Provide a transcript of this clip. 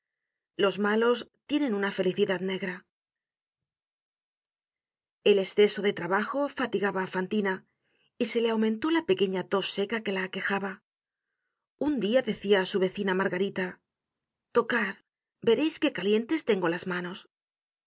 los malos tienen una felicidad negra el esceso de trabajo fatigaba á fantina y se le aumentó la pequeña tos seca que la aquejaba un dia decia á su vécina margarita tocad vereis que calientes tengo las manos